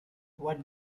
what